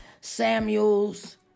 Samuel's